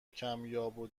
کمیاب